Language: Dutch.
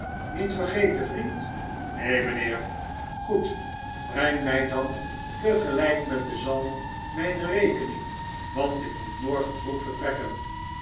niet vergeten vriend neen mijnheer goed breng mij dan tegelijk met de zalm mijne rekening want ik moet morgen vroeg vertrekken